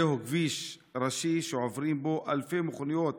זהו כביש ראשי שעוברות בו אלפי מכוניות